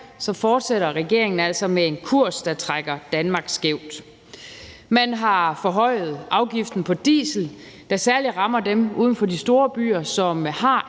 fortsætter regeringen altså med en kurs, der trækker Danmark skævt. Man har forhøjet afgiften på diesel, der særlig rammer dem uden for de store byer, som har